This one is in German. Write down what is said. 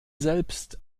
selbst